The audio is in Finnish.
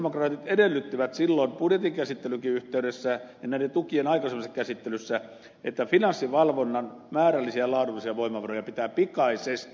sosialidemokraatit edellyttivät silloin budjetin käsittelynkin yhteydessä ja näiden tukien aikaisemmassa käsittelyssä että finanssivalvonnan määrällisiä ja laadullisia voimavaroja pitää pikaisesti parantaa